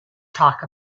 talk